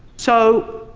so